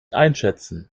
einschätzen